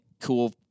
cool